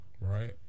right